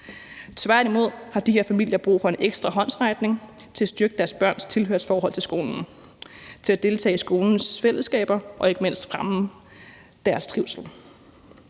Tværtimod har de her familier brug for en ekstra håndsrækning til at styrke deres børns tilhørsforhold til skolen, til at deltage i skolens fællesskaber og ikke mindst fremme deres trivsel.